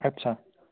আচ্ছা